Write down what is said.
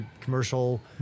commercial